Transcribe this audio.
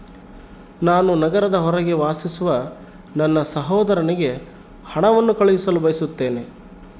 ನಾನು ನಗರದ ಹೊರಗೆ ವಾಸಿಸುವ ನನ್ನ ಸಹೋದರನಿಗೆ ಹಣವನ್ನು ಕಳುಹಿಸಲು ಬಯಸುತ್ತೇನೆ